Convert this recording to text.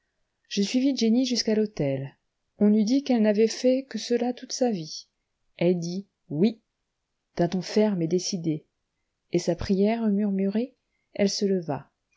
je suivis jenny jusqu'à l'autel on eût dit qu'elle n'avait fait que cela toute sa vie elle dit oui d'un ton ferme et décidé et sa prière murmurée elle se leva